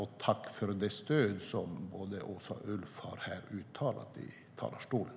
Och tack för det stöd som både Åsa och Ulf har uttalat här i talarstolen!